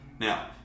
Now